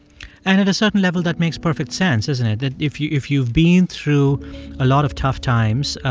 and at a certain level, that makes perfect sense doesn't it? that if you've if you've been through a lot of tough times,